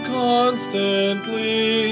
constantly